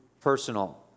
personal